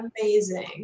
amazing